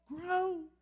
grow